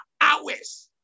hours